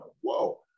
whoa